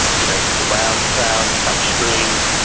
and you know surround sound, touchscreens,